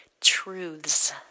truths